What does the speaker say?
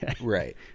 Right